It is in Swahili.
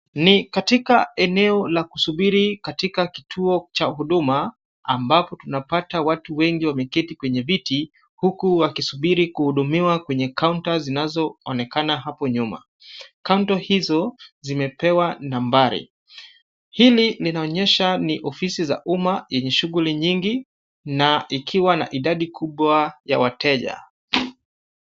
Ni katika eneo la kusubiri katika kituo cha huduma ambapo tunapata watu wengi wameketi kwenye viti huku wakisubiri kuhudumiwa kwenye kaunta zinazoonekana hapo nyuma. Kaunta hizo zimepewa nambari. Hili linaonyesha ni ofisi za umma zenye shughuli nyingi na ikiwa na idadi kubwa ya wateja.